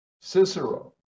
Cicero